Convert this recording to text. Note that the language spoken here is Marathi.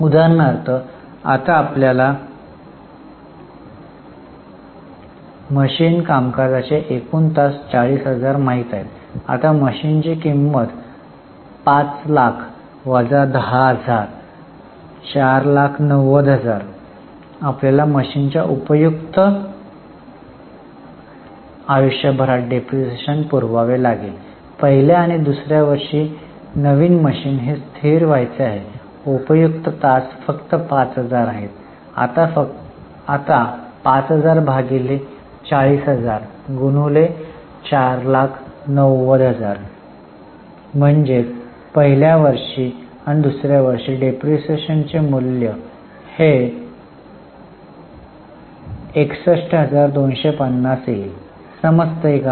उदाहरणार्थ आता आपल्याला मशीन कामकाजाचे एकूण तास 40000 माहित आहेत आता मशीनची किंमत 500000 10000 म्हणजे 490000 आता हे 490000 आपल्याला मशीनच्या उपयुक्त आयुष्य भरात डिप्रीशीएशन म्हणून पुरवावे लागेल पहिल्या आणि दुसऱ्या वर्षी नवीन मशीन हे स्थिर व्हायचे आहे उपयुक्त तास फक्त 5000 आहेत आता 5000 भागिले 40000 गुणिले 49000 म्हणजेच पहिल्या आणि दुसऱ्या वर्षी डिप्रीशीएशनचे मूल्य 61250 येईल समजते का